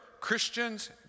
Christians